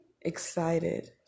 excited